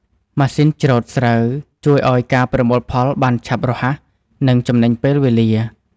ម៉ាស៊ីនច្រូតស្រូវជួយឱ្យការប្រមូលផលបានឆាប់រហ័ស និងចំណេញពេលវេលា។